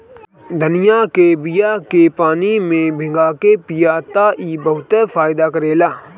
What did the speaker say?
धनिया के बिया के पानी में भीगा के पिय त ई बहुते फायदा करेला